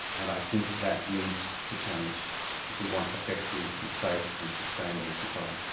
and i think that needs to change if we want effective and safe and sustainable control.